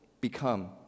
become